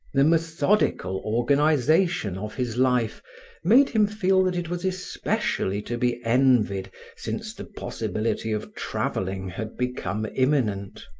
the methodical organization of his life made him feel that it was especially to be envied since the possibility of traveling had become imminent.